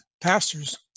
pastors